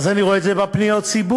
אז אני רואה את זה בפניות הציבור.